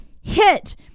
hit